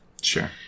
Sure